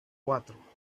cuatro